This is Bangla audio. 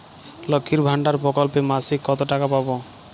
লক্ষ্মীর ভান্ডার প্রকল্পে মাসিক কত টাকা পাব?